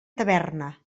taverna